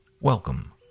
welcome